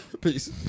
Peace